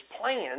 plans